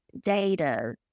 data